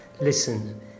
Listen